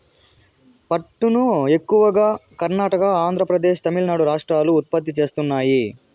పట్టును ఎక్కువగా కర్ణాటక, ఆంద్రప్రదేశ్, తమిళనాడు రాష్ట్రాలు ఉత్పత్తి చేస్తున్నాయి